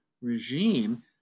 regime